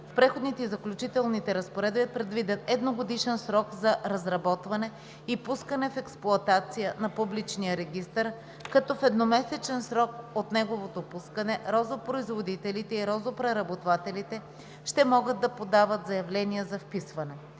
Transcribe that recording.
В преходните и заключителните разпоредби е предвиден едногодишен срок за разработване и пускане в експлоатация на публичния регистър, като в едномесечен срок от неговото пускане розопроизводителите и розопреработвателите ще могат да подават заявления за вписване.